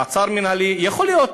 מעצר מינהלי יכול להיות